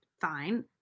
fine